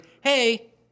Hey